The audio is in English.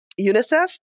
UNICEF